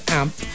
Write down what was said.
amp